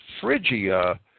Phrygia